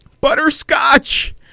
Butterscotch